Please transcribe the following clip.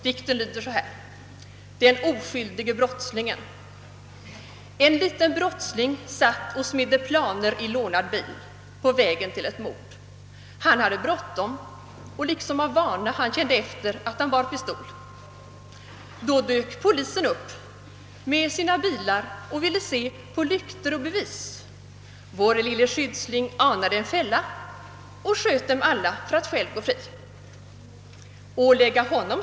Dikten heter: satt och smidde planer i lånad bil på vägen till ett mord, han kände efter, att han bar pistol. Då dök polisen upp med sina bilar och ville se anade en fälla och sköt dem alla för att själv gå fri.